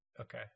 Okay